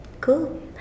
cool